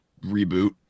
reboot